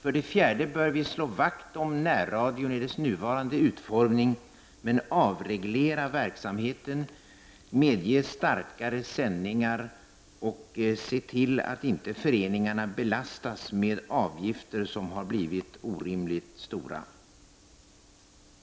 För det fjärde bör vi slå vakt om närradion i dess nuvarande utformning, men avreglera verksamheten, medge starkare sändningar och se till att föreningarna inte belastas med avgifter som blir orimligt stora.